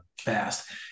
fast